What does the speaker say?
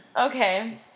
okay